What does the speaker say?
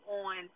on